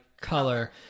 Color